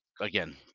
again